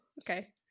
Okay